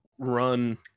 run